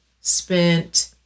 spent